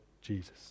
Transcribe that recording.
Jesus